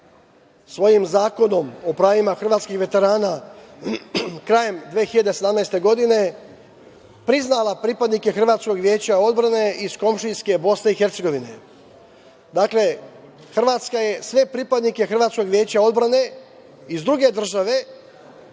svojim zakonom o pravima hrvatskih veterana krajem 2017. godine, priznala pripadnike hrvatskog veća odbrane iz komšijske BiH. Dakle, Hrvatska je sve pripadnike hrvatskog veća odbrane iz druge države